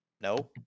No